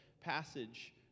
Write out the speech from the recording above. passage